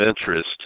interest